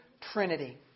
Trinity